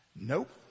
Nope